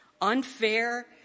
unfair